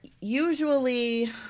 Usually